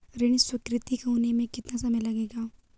ऋण स्वीकृति होने में कितना समय लगेगा?